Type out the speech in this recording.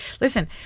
listen